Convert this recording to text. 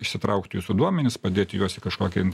išsitraukti jūsų duomenis padėti juos į kažkokį